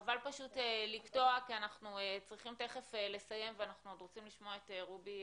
חבל לקטוע כי אנחנו צריכים תכף לסיים ואנחנו רוצים לשמוע את רובי